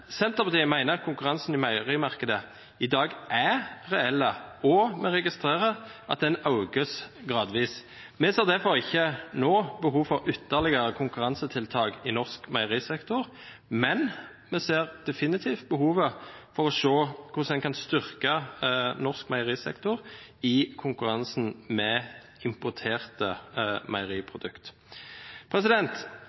Senterpartiet mener at konkurransen i meierimarkedet i dag er reell, og vi registrerer at den økes gradvis. Vi ser derfor ikke nå behov for ytterligere konkurransetiltak i norsk meierisektor, men vi ser definitivt behovet for å se på hvordan man kan styrke norsk meierisektor i konkurransen med importerte